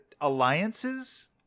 alliances